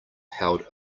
held